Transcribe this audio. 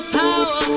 power